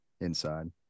Inside